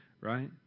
right